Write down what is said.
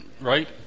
right